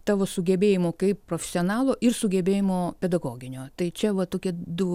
tavo sugebėjimų kaip profesionalo ir sugebėjimo pedagoginio tai čia va tokie du